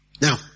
Now